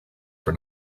for